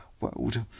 world